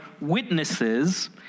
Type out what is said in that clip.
witnesses